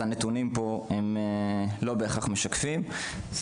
שהנתונים פה לא בהכרח משקפים את המצב.